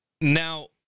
now